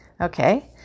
okay